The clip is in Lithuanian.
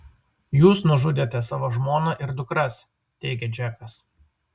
jūs nužudėte savo žmoną ir dukras teigia džekas